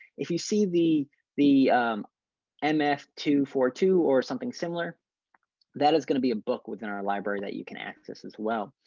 if you see the the m f point two four two or something similar that is going to be a book within our library that you can access as well.